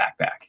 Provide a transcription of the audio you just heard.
backpack